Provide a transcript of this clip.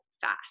fast